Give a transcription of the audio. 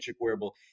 wearable